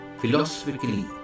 philosophically